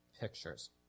pictures